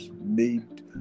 made